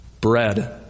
bread